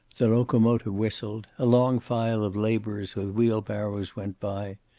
the locomotive whistled, a long file of laborers with wheelbarrows went by.